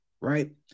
right